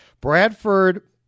Bradford